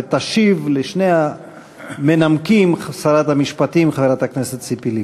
ותשיב לשני המנמקים שרת המשפטים חברת הכנסת ציפי לבני.